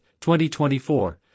2024